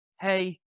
Hey